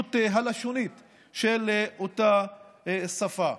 הנגישות הלשונית של אותה שפה.